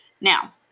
Now